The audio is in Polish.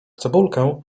cebulkę